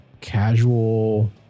casual